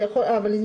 זה יכול להיות,